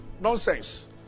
Nonsense